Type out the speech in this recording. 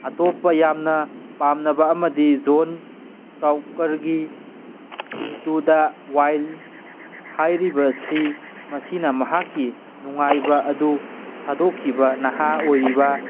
ꯑꯇꯣꯞꯄ ꯌꯥꯝꯅ ꯄꯥꯝꯅꯕ ꯑꯃꯗꯤ ꯖꯣꯟ ꯀꯥꯎꯀꯔꯒꯤ ꯏꯟꯇꯨ ꯗ ꯋꯥꯏꯜ ꯍꯥꯏꯔꯤꯕꯁꯤ ꯃꯁꯤꯅ ꯃꯍꯥꯛꯀꯤ ꯅꯨꯡꯉꯥꯏꯕ ꯑꯗꯨ ꯊꯥꯗꯣꯛꯈꯤꯕ ꯅꯍꯥ ꯑꯣꯏꯔꯤꯕ